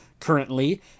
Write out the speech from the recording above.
currently